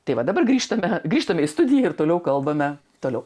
tai va dabar grįžtame grįžtame į studiją ir toliau kalbame toliau